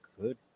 good